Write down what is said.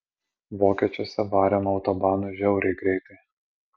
vokiečiuose varėm autobanu žiauriai greitai